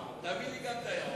תאמין לי, זה גם היה עובר.